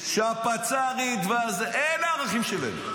שהפצ"רית והזה, אלה הערכים שלהם.